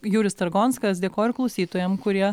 jūris targonskas dėkoju ir klausytojam kurie